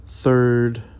Third